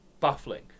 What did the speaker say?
baffling